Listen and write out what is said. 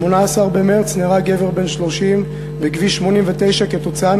ב-18 במרס נהרג גבר בן 30 בכביש 89 כתוצאה